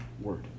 word